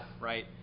right